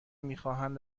میخواهند